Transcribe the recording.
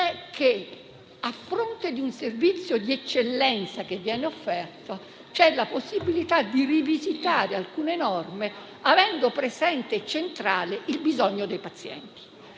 dell'offerta di un servizio di eccellenza sia stata inserita la possibilità di rivisitare alcune norme, avendo presente e centrale il bisogno dei pazienti.